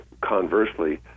conversely